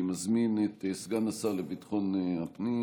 אני מזמין את סגן השר לביטחון הפנים